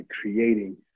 creating